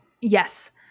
Yes